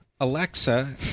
Alexa